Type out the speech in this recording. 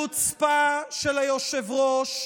חוצפה של היושב-ראש,